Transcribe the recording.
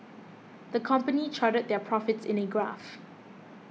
the company charted their profits in a graph